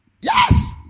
Yes